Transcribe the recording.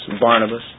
Barnabas